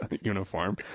uniform